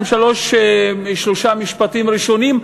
שניים-שלושה משפטים ראשונים,